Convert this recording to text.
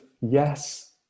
yes